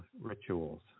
rituals